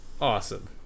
Awesome